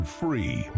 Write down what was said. free